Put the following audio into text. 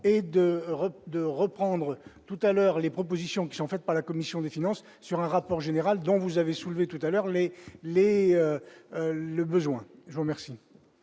de de reprendre tout à l'heure, les propositions qui sont faites par la commission des finances sur un rapport général dont vous avez soulevé tout à l'heure les les le besoin je vous remercie.